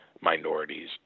minorities